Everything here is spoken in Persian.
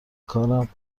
کارم